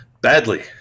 badly